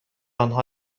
آنها